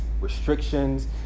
restrictions